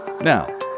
Now